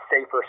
safer